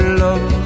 love